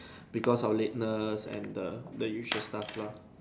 because of lateness and the the usual stuff lah